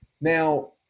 Now